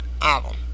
album